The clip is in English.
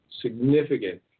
significant